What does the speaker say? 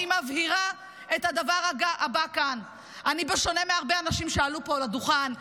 אני מבהירה כאן את הדבר הבא: בשונה מהרבה אנשים שעלו פה על הדוכן,